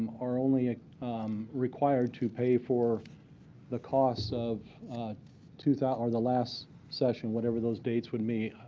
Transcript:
are only required to pay for the costs of two thous or the last session, whatever those dates would mean.